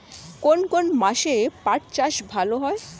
কোন কোন মাসে পাট চাষ ভালো হয়?